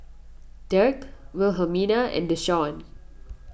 Dirk Wilhelmina and Deshaun